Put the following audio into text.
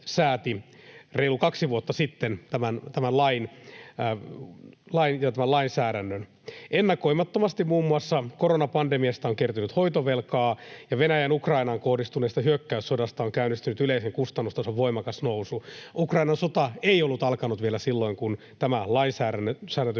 reilut kaksi vuotta sitten tämän lainsäädännön. Ennakoimattomasti muun muassa koronapandemiasta on kertynyt hoitovelkaa ja Venäjän Ukrainaan kohdistuneesta hyökkäyssodasta on käynnistynyt yleisen kustannustason voimakas nousu. Ukrainan sota ei ollut alkanut vielä silloin, kun tämä lainsäädäntö